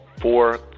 four